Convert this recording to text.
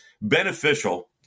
beneficial